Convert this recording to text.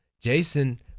Jason